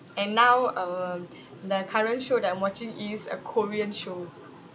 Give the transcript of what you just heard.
and now um the current show that I'm watching is a korean show